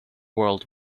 world